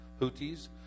Houthis